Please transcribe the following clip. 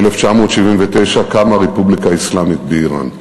ב-1979 קמה רפובליקה אסלאמית באיראן.